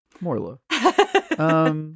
Morla